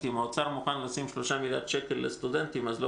כי אם האוצר מוכן לשים 3 מיליארד שקל לסטודנטים אז לא